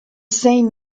same